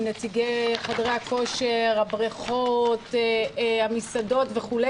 עם נציגי חדרי הכושר, הבריאות, המסעדות, וכו'?